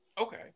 okay